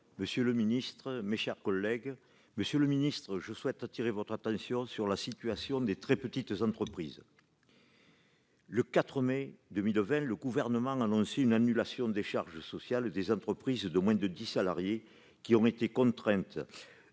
Monsieur le secrétaire d'État, je souhaite appeler votre attention sur la situation des très petites entreprises. Le 4 mai 2020, le Gouvernement annonçait une annulation des charges sociales des entreprises de moins de dix salariés qui ont été contraintes